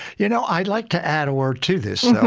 you know, i'd like to add a word to this though.